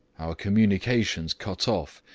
our communications cut off,